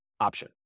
option